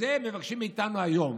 לזה הם מבקשים מאיתנו היום